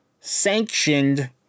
sanctioned